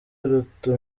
iruta